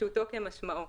פשוטו כמשמעו.